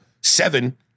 seven